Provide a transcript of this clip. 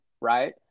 right